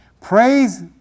praise